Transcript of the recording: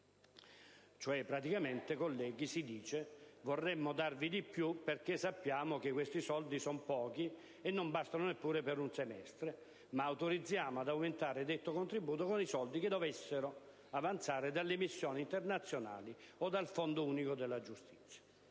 Cioè, praticamente, colleghi, si dice: vorremmo darvi di più perché sappiamo che questi soldi son pochi e non bastano neppure per un semestre, ma autorizziamo ad aumentare detto contributo con i soldi che dovessero avanzare dalle missioni internazionali o dal Fondo unico giustizia.